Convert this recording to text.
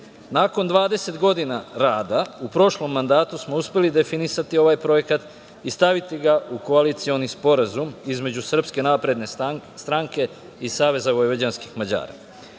20 godina rada, u prošlom mandatu smo uspeli definisati ovaj projekat i staviti ga u koalicioni sporazum između Srpske napredne stranke i Saveza vojvođanskih Mađara. Kao